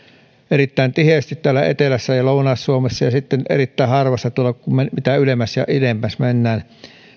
erittäin tiheästi täällä etelässä ja lounais suomessa ja sitten erittäin harvassa mitä ylemmäs ja idemmäs mennään